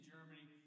Germany